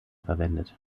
verwendet